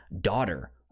daughter